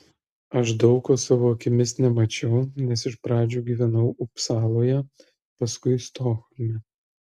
aš daug ko savo akimis nemačiau nes iš pradžių gyvenau upsaloje paskui stokholme